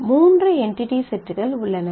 3 NDT செட்கள் உள்ளன